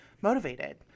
motivated